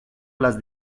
las